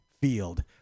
Field